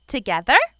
Together